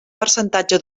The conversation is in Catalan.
percentatge